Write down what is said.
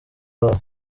wabo